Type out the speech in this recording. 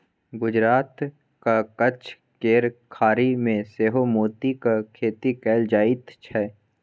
गुजरातक कच्छ केर खाड़ी मे सेहो मोतीक खेती कएल जाइत छै